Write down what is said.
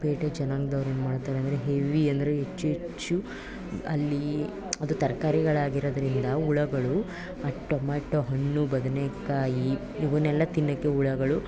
ಪೇಟೆ ಜನಾಂಗದವ್ರೇನು ಮಾಡ್ತಾರೆ ಅಂದರೆ ಹೆವಿ ಅಂದರೆ ಹೆಚ್ಚು ಹೆಚ್ಚು ಅಲ್ಲಿ ಅದು ತರಕಾರಿಗಳಾಗಿರೋದ್ರಿಂದ ಹುಳುಗಳು ಆ ಟೊಮೆಟೋ ಹಣ್ಣು ಬದನೆಕಾಯಿ ಇವನ್ನೆಲ್ಲ ತಿನ್ನೋಕ್ಕೆ ಹುಳುಗಳು